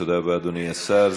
תודה רבה, אדוני השר.